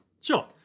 Sure